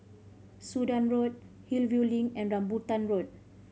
Sudan Road Hillview Link and Rambutan Road